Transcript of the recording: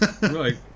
right